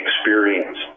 experience